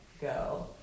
go